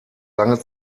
lange